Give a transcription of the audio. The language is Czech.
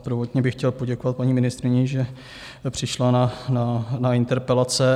Prvotně bych chtěl poděkovat paní ministryni, že přišla na interpelace.